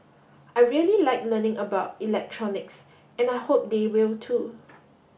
I really like learning about electronics and I hope they will too